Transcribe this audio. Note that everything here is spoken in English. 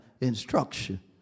instruction